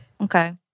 Okay